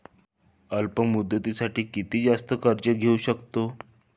अल्प मुदतीसाठी किती जास्त कर्ज घेऊ शकतो?